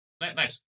nice